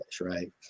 right